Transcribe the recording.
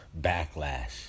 backlash